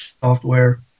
software